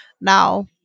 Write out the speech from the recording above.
Now